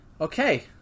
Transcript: Okay